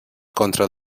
contra